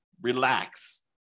Relax